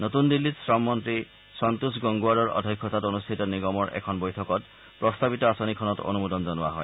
নতুন দিল্লীত শ্ৰম মন্ত্ৰী সন্তোষ গংগোৱাৰৰ অধ্যক্ষতাত অনুষ্ঠিত নিগমৰ এখন বৈঠকত প্ৰস্তাৱিত আঁচনিখনত অনুমোদন জনোৱা হয়